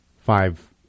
five